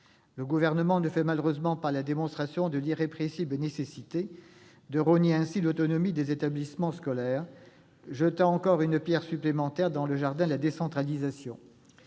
Le Gouvernement ne fait malheureusement pas la démonstration de l'irrépressible nécessité de rogner ainsi l'autonomie des établissements scolaires, jetant une pierre supplémentaire dans le jardin de la décentralisation,